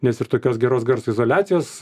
nes ir tokios geros garso izoliacijos